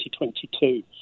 2022